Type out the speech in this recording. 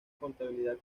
contabilidad